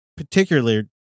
particularly